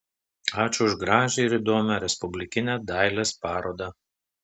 ačiū už gražią ir įdomią respublikinę dailės parodą